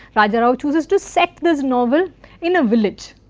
raja rao chooses to set this novel in a village,